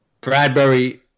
Bradbury